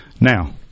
Now